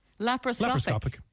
Laparoscopic